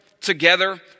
together